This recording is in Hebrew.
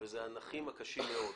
וזה הנכים הקשים מאוד.